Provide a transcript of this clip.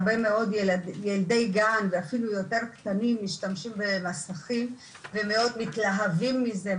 ילדי גן ואפילו יותר קטנים משתמשים סמכים ומאוד מתלהבים מזה,